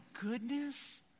goodness